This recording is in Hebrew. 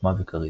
חוכמה וכריזמה.